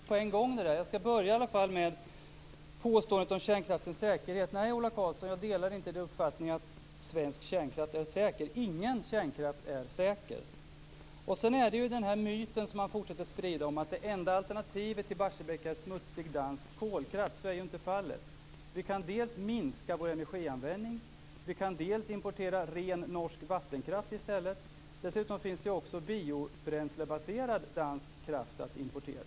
Fru talman! Det var mycket på en gång. Jag skall i alla fall börja med påståendet om kärnkraftens säkerhet. Nej, Ola Karlsson, jag delar inte uppfattningen att svensk kärnkraft är säker. Ingen kärnkraft är säker. Sedan är det myten som han fortsätter att sprida om att det enda alternativet till Barsebäck är smutsig dansk kolkraft. Så är ju inte fallet. Vi kan dels minska vår energianvändning, dels importera ren norsk vattenkraft. Dessutom finns det biobränslebaserad dansk kraft att importera.